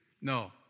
No